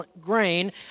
grain